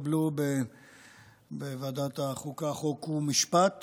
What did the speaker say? שהתקבלו בוועדת החוקה, חוק ומשפט